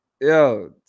Yo